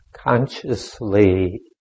consciously